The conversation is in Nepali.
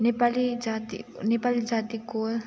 नेपाली जाति नेपाली जातिको